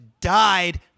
died